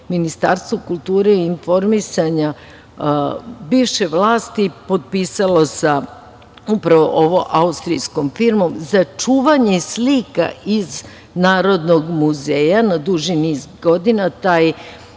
Ministarstvo kulture i informisanja bivše vlasti potpisalo sa upravo ovom austrijskom firmom za čuvanje slika iz Narodnog muzeja na duži niz godina.